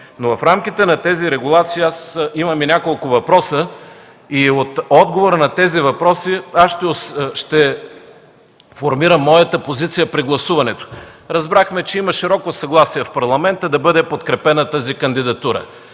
Но в рамките на тези регулации аз имам и няколко въпроса – от отговорите на тези въпроси ще формирам моята позиция при гласуването. Разбрахме, че има широко съгласие в Парламента да бъде подкрепена тази кандидатура.